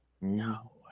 No